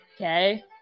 Okay